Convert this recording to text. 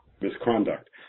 misconduct